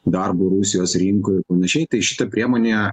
darbu rusijos rinkoj ir panašiai tai šita priemonė